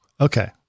Okay